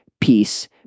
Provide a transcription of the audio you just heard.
Peace